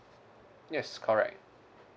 yes correct